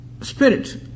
spirit